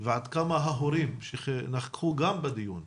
ועד כמה ההורים שנכחו גם בדיון,